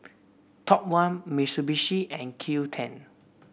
Top One Mitsubishi and Qoo ten